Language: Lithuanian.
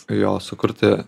jo sukurti